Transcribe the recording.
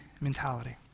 mentality